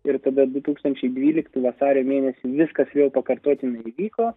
ir tada du tūkstančiai dvylitų vasario mėnesį viskas vėl pakartotinai įvyko